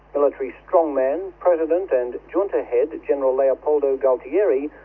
military strongman, president and junta head, general leopoldo galtieri,